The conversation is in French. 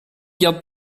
garde